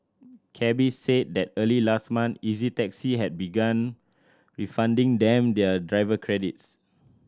cabbies said that early last month Easy Taxi had began refunding them their driver credits